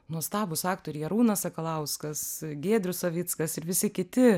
nuostabūs aktoriai arūnas sakalauskas giedrius savickas ir visi kiti